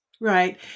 Right